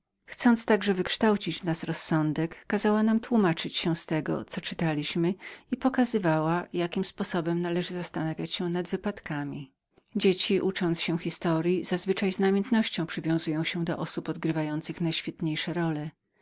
chcąc także wykształcić w nas rozsądek kazała nam tłumaczyć się z tego co czytaliśmy i pokazywała jakim sposobem należy zastanawiać się nad wypadkami zwykle dzieci czytając historyę z namiętnością przywiązują się do osób odgrywających najświetniejsze role